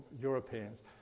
Europeans